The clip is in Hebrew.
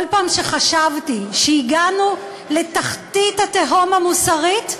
כל פעם שחשבתי שהגענו לתחתית התהום המוסרית,